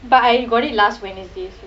but I got it last wednesday so